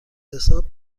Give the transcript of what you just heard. حساب